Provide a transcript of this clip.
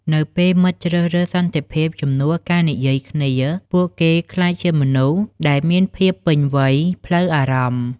នៅពេលមិត្តជ្រើសរើសសន្តិភាពជំនួសការនិយាយដើមគ្នា ពួកគេក្លាយជាមនុស្សដែលមានភាពពេញវ័យផ្លូវអារម្មណ៍។